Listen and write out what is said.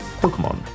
Pokemon